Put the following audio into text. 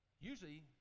Usually